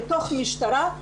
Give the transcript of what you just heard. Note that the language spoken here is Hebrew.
כתוך משטרה,